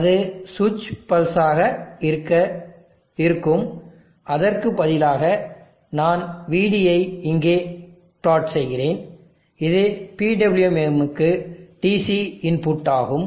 அது சுவிட்ச் பல்ஸ் ஆக இருக்கும் அதற்கு பதிலாக நான் Vd ஐ இங்கே பிளாட் செய்கிறேன் இது PWM க்கு DC இன்புட் ஆகும்